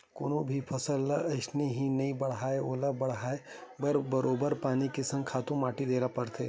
कोनो भी फसल ह अइसने ही नइ बाड़हय ओला बड़हाय बर बरोबर पानी के संग खातू माटी देना परथे